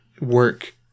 work